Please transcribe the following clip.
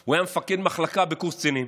והוא היה מפקד מחלקה בקורס קצינים,